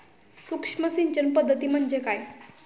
सूक्ष्म सिंचन पद्धती म्हणजे काय?